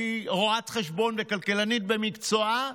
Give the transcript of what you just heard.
שהיא רואת חשבון וכלכלנית במקצועה,